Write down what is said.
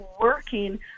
working